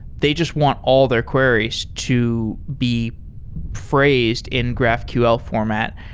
they just want all their queries to be phrased in graphql format,